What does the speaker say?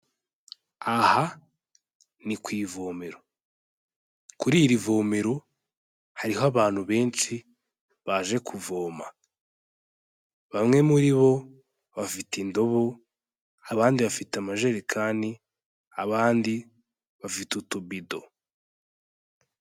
Aha ni ku ivomero, kuri irivomero hariho abantu benshi baje kuvoma, bamwe muri bo bafite indobo abandi bafite amajerekani abandi bafite utubido.